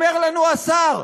אומר לנו השר,